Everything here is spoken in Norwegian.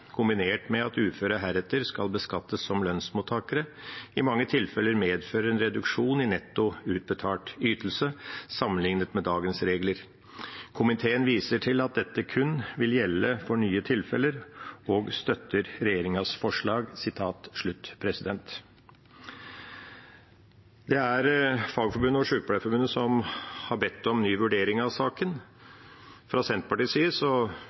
kombinert med at uføre heretter skal beskattes som lønnsmottakere, i mange tilfeller medfører en reduksjon i netto utbetalt ytelse, sammenlignet med dagens regler. Komiteen viser til at dette kun vil gjelde for nye tilfeller og støtter regjeringens forslag.» Det er Fagforbundet og Sykepleierforbundet som har bedt om ny vurdering av saken. Fra Senterpartiets side